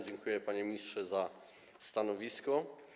Dziękuję, panie ministrze, za stanowisko.